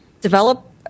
develop